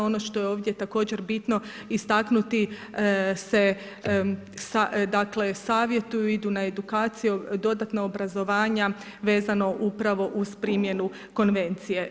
Ono što je ovdje također bitno istaknuti se dakle savjetuju idu na edukacije, dodatna obrazovanja vezano upravo uz primjenu Konvencije.